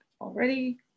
already